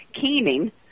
keening